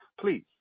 Please